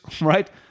right